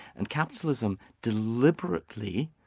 and capitalism deliberately